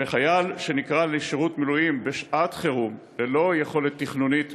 חייל שנקרא לשירות מילואים בשעת חירום ללא יכולת תכנונית מראש,